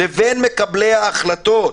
לבין מקבלי ההחלטות."